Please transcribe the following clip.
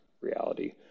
reality